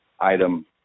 item